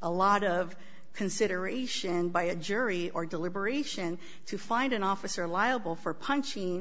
a lot of consideration by a jury or deliberation to find an officer liable for punching